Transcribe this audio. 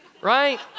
Right